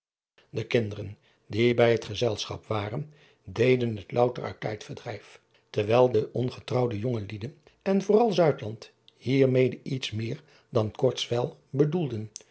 e kinderen die bij het gezelschap waren deden het louter uit tijdverdrijf terwijl de ongetrouwde jonge lieden en vooral hiermede iets meer dan kortswijl bedoelden